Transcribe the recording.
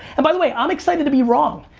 and by the way, i'm excited to be wrong.